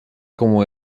como